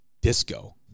disco